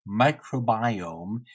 microbiome